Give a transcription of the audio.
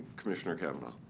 commissioner cavanaugh.